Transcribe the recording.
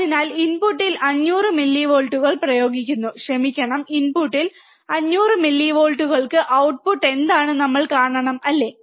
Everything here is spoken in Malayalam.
അതിനാൽ ഇൻപുട്ടിൽ 500 മില്ലിവോൾട്ടുകൾ പ്രയോഗിക്കുന്നു ക്ഷമിക്കണം ഇൻപുട്ടിൽ 500 മില്ലിവോൾട്ടുകൾഔട്ട്പുട്ട് എന്താണ് നമ്മൾ കാണണം അല്ലേ